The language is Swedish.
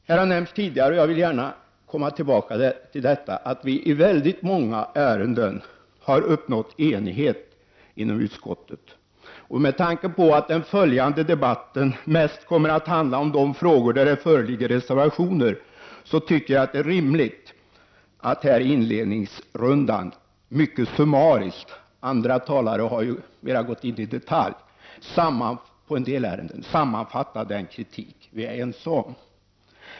Det har nämnts tidigare — och jag återkommer gärna till det — att vi i många ärenden har uppnått enighet inom utskottet. Med tanke på att den följande debatten mest kommer att handla om de frågor där det föreligger reservationer, tycker jag det är rimligt att i denna inledningsrunda mycket summariskt sammanfatta den kritik vi är ense om. Andra talare har gått mer in i detalj i en del ärenden.